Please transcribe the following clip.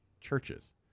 churches